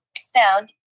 Sound